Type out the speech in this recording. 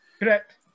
Correct